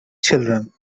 children